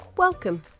Welcome